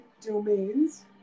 domains